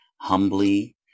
humbly